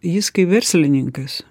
jis kaip verslininkas